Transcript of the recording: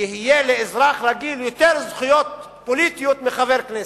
לאזרח רגיל יהיו יותר זכויות פוליטיות מלחבר כנסת.